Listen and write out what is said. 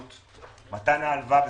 מתן ההלוואה לפתחכם,